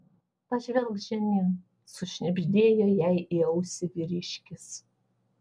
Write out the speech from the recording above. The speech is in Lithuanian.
pažvelk žemyn sušnibždėjo jai į ausį vyriškis